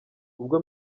ubwo